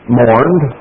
mourned